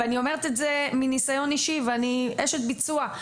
אני אומרת את זה מניסיון אישי, ואני אשת ביצוע.